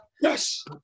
Yes